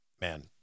Man